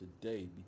today